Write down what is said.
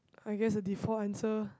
I guess the default answer